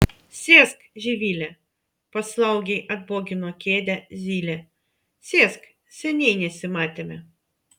sėsk živile paslaugiai atbogino kėdę zylė sėsk seniai nesimatėme